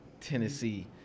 Tennessee